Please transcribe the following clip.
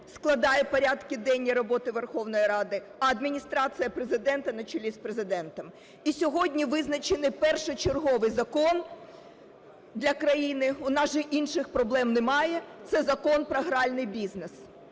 складає порядки денні роботи Верховної Ради, а Адміністрація Президента на чолі з Президентом. І сьогодні визначений першочерговий закон для країни, у нас же інших проблем немає – це Закон про гральний бізнес.